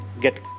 get